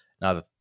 Now